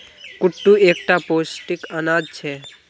कुट्टू एक टा पौष्टिक अनाज छे